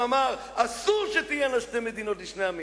אמר: אסור שתהיינה שתי מדינות לשני עמים,